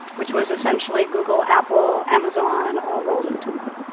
which was essentially google, apple, amazon all rolled into one.